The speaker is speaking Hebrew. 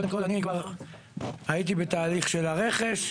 קודם כל הייתי בתהליך של הרכש,